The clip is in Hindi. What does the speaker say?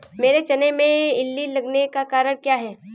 मेरे चने में इल्ली लगने का कारण क्या है?